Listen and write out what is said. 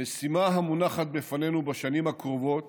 המשימה המונחת בפנינו בשנים הקרובות